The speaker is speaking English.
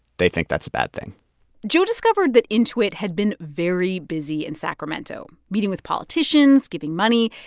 they think that's a bad thing joe discovered that intuit had been very busy in sacramento meeting with politicians, giving money.